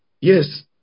Yes